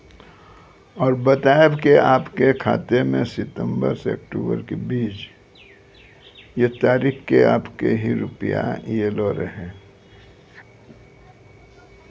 और बतायब के आपके खाते मे सितंबर से अक्टूबर के बीज ये तारीख के आपके के रुपिया येलो रहे?